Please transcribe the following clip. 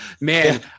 man